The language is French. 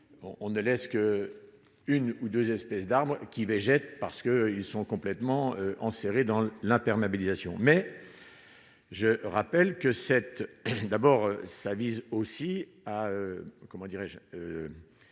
on ne laisse que une ou 2 espèce d'arbre qui végète parce que ils sont complètement enserrée dans l'imperméabilisation mais je rappelle que cette d'abord ça vise aussi à,